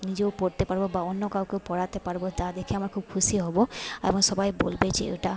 নিজেও পরতে পারব বা অন্য কাউকে পরাতে পারব যা দেখে আমার খুব খুশি হব আবার সবাই বলবে যে ওটা